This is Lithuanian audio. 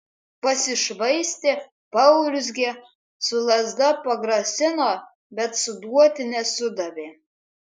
pasišvaistė paurzgė su lazda pagrasino bet suduoti nesudavė